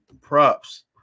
props